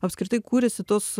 apskritai kuriasi tos